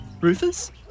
Rufus